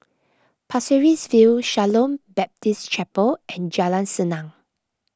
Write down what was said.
Pasir Ris View Shalom Baptist Chapel and Jalan Senang